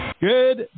Good